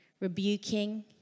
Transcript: rebuking